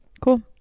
cool